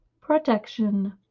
protection